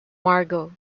margot